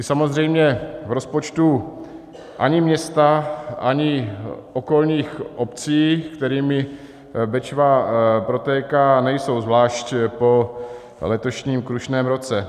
Ty samozřejmě v rozpočtu ani města ani okolních obcí, kterými Bečva protéká, nejsou, zvlášť po letošním krušném ruce.